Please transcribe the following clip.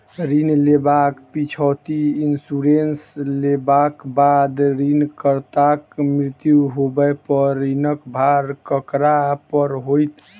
ऋण लेबाक पिछैती इन्सुरेंस लेबाक बाद ऋणकर्ताक मृत्यु होबय पर ऋणक भार ककरा पर होइत?